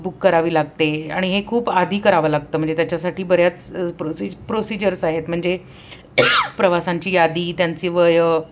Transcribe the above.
book करावी लागते आणि हे खूप आधी करावं लागतं म्हणजे त्याच्यासाठी बऱ्याच प्रोसी प्रोसिजर्स आहेत म्हणजे प्रवासांची यादी त्यांची वयं